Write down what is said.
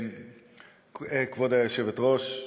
כבוד היושבת-ראש,